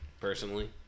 personally